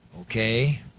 okay